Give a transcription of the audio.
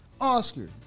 Oscar